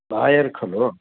lawyer खलु